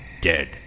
dead